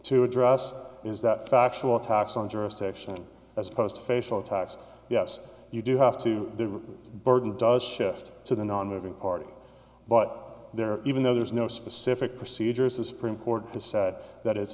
to address is that factual attacks on jurisdiction as opposed to facial types yes you do have to the burden does shift to the nonmoving party but there even though there's no specific procedures the supreme court has said that i